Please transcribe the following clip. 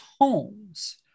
homes